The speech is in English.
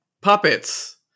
puppets